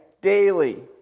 daily